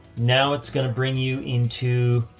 now it's going to bring you into